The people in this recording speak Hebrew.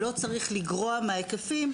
לא צריך לגרוע מההיקפים,